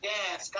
Yes